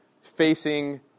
facing